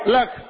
Look